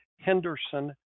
Henderson